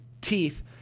teeth